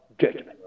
judgment